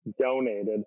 donated